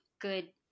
good